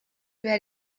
behar